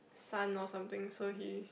son or something so he's